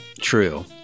True